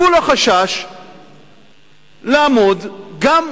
והוא לא חשש לעמוד גם,